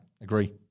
Agree